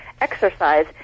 exercise